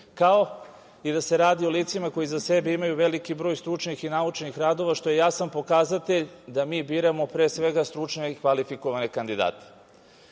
kao i da se radi o licima koji iza sebe imaju veliki broj stručnih i naučnih radova, što je jasan pokazatelj da mi biramo pre svega stručne i kvalifikovane kandidate. Kada